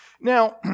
Now